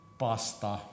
pasta